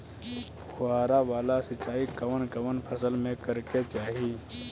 फुहारा वाला सिंचाई कवन कवन फसल में करके चाही?